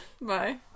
Bye